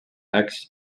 acts